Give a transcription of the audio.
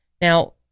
now